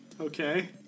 Okay